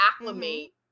acclimate